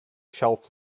shelf